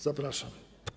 Zapraszam.